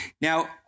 Now